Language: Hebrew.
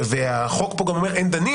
והחוק פה גם אומר: אין דנים.